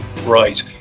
Right